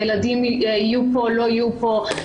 האם ילדים יהיו פה או לא יהיו פה,